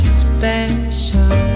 special